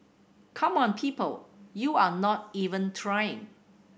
come on people you're not even try